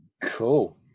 cool